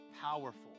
powerful